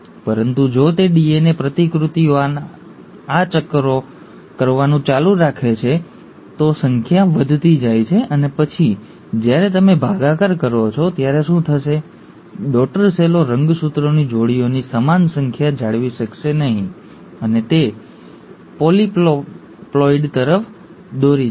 પરંતુ જો તે ડીએનએ પ્રતિકૃતિઓના આ ચક્કરો કરવાનું ચાલુ રાખે છે તો સંખ્યા વધતી જાય છે અને પછી જ્યારે તમે ભાગાકાર કરો છો ત્યારે શું થશે ડૉટર સેલો રંગસૂત્રોની જોડીઓની સમાન સંખ્યા જાળવી શકશે નહીં અને તે પોલિપ્લોઇડી તરફ દોરી જશે